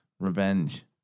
Revenge